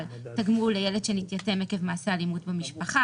למשל תגמול לילד שנתייתם עקב מעשה אלימות במשפחה,